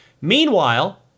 Meanwhile